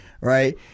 right